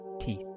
teeth